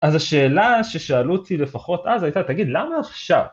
אז השאלה ששאלו אותי לפחות אז הייתה, תגיד למה עכשיו?